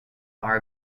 are